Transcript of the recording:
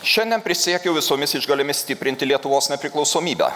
šiandien prisiekiau visomis išgalėmis stiprinti lietuvos nepriklausomybę